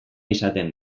izaten